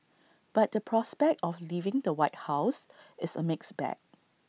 but the prospect of leaving the white house is A mixed bag